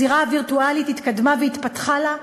הזירה הווירטואלית התקדמה והתפתחה לה,